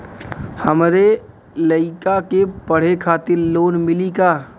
हमरे लयिका के पढ़े खातिर लोन मिलि का?